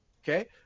Okay